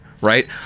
right